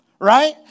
right